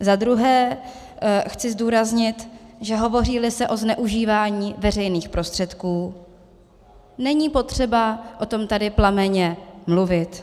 Za druhé chci zdůraznit, že hovoříli se o zneužívání veřejných prostředků, není potřeba o tom tady plamenně mluvit.